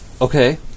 Okay